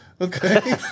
Okay